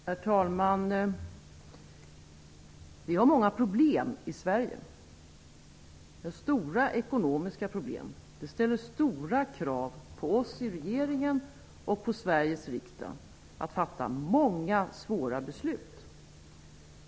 Herr talman! Vi har många problem i Sverige, stora ekonomiska problem. Det ställer stora krav på oss i regeringen och på Sveriges riksdag. Vi måste fatta många svåra beslut.